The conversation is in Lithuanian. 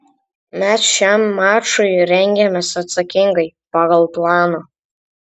mes šiam mačui rengiamės atsakingai pagal planą